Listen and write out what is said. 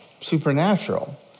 supernatural